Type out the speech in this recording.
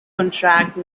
contract